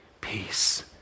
peace